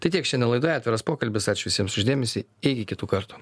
tai tiek šiandien laidoje atviras pokalbis ačiū visiems už dėmesį iki kitų kartų